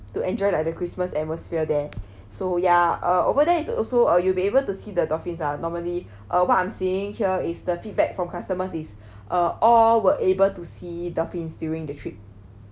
to enjoy like the christmas atmosphere there so yeah uh over there is also uh you'll be able to see the dolphins ah normally uh what I'm seeing here is the feedback from customers is uh all were able to see dolphins during the trip